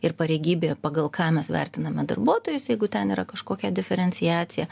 ir pareigybė pagal ką mes vertiname darbuotojus jeigu ten yra kažkokia diferenciacija